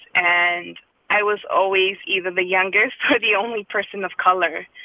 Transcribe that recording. and i was always either the youngest or the only person of color.